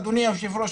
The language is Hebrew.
אדוני היושב-ראש,